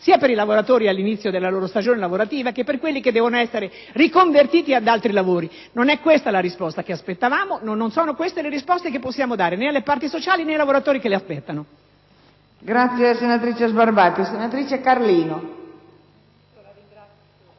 sia per i lavoratori all'inizio della loro stagione lavorativa che per quelli che devono essere riconvertiti ad altri lavori. Non è questa la risposta che aspettavamo; non sono queste le risposte che possiamo dare né alle parti sociali né ai lavoratori che le aspettano.